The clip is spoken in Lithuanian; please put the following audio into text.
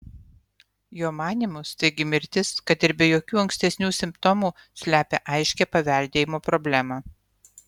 jo manymu staigi mirtis kad ir be jokių ankstesnių simptomų slepia aiškią paveldėjimo problemą